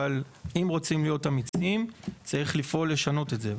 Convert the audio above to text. אבל אם רוצים להיות אמיצים צריך לפעול ולשנות את זה.